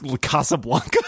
Casablanca